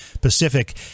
pacific